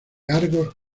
argos